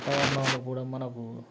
వాతావరణం కూడా మనకు